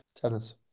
Tennis